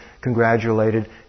congratulated